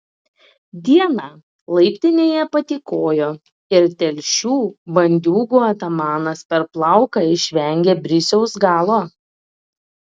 dieną laiptinėje patykojo ir telšių bandiūgų atamanas per plauką išvengė brisiaus galo